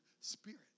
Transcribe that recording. spirit